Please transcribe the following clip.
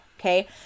Okay